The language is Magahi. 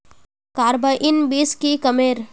कार्बाइन बीस की कमेर?